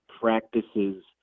practices